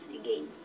again